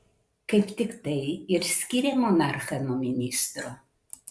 kaip tik tai ir skiria monarchą nuo ministro